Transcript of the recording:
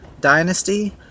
dynasty